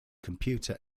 computer